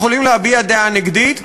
יכולים להביע דעה נגדית,